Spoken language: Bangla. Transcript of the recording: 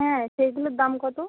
হ্যাঁ সেগুলোর দাম কত